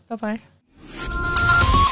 Bye-bye